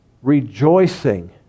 Rejoicing